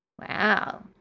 wow